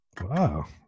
Wow